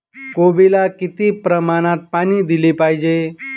कोबीला किती प्रमाणात पाणी दिले पाहिजे?